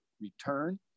return